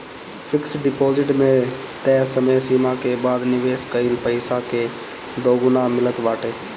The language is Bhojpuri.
फिक्स डिपोजिट में तय समय सीमा के बाद निवेश कईल पईसा कअ दुगुना मिलत बाटे